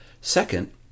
Second